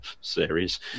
series